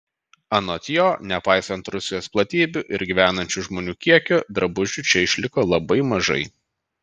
anot jo nepaisant rusijos platybių ir gyvenančių žmonių kiekio drabužių čia išliko labai mažai